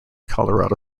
colorado